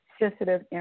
sensitive